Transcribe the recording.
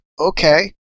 okay